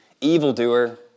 evildoer